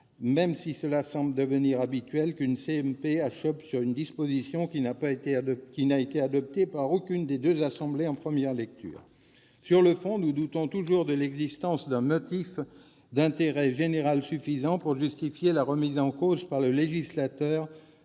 même si cela semble devenir habituel, qu'une commission mixte paritaire achoppe sur une disposition qui n'a été adoptée par aucune des deux assemblées en première lecture. Sur le fond, nous doutons toujours de l'existence d'un motif d'intérêt général suffisant pour justifier la remise en cause par le législateur